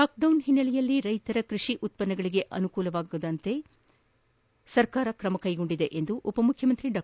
lockdown ಹಿನ್ನೆಲೆಯಲ್ಲಿ ರೈತರ ಕೃಷಿ ಉತ್ಪನ್ನಗಳಿಗೆ ಅನಾನುಕೂಲವಾಗದಂತೆ ಸರ್ಕಾರ ಕ್ರಮ ಕೈಗೊಂಡಿದೆ ಎಂದು ಉಪಮುಖ್ಯಮಂತ್ರಿ ಡಾ